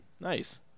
nice